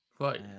Right